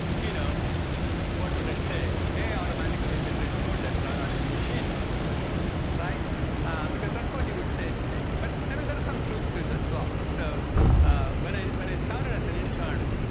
you know what would it say? ai automatically generates code that run on any machine because that's what you would say today. but i mean, there is some truth to it as well. so when ah when i started as an intern,